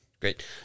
Great